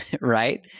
Right